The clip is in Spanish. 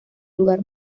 lugar